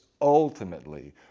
Ultimately